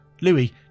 Louis